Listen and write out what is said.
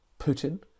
Putin